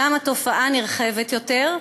שם התופעה נרחבת יותר,